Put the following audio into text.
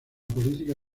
política